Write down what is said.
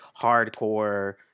hardcore